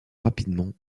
rapidement